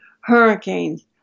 hurricanes